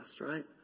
right